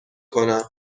کنم